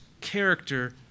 character